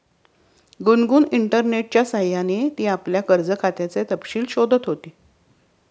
गुनगुन इंटरनेटच्या सह्याने ती आपल्या कर्ज खात्याचे तपशील शोधत होती